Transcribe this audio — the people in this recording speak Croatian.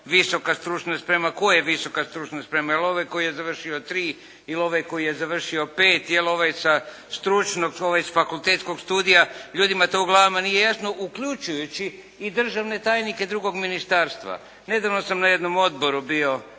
visoka stručna sprema. Tko je visoka stručna sprema? Je li ovaj koji je završio 3 ili ovaj koji je završio 5? Je li ovaj sa stručnog, ovaj s fakultetskog studija? Ljudima to u glavama nije jasno, uključujući i državne tajnike drugog ministarstva. Nedavno sam na jednom odboru bio,